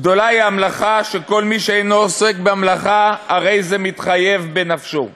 גדולה היא המלאכה שכל מי שאינו עוסק במלאכה הרי זה מתחייב בנפשו.